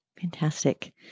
Fantastic